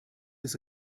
des